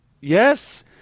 Yes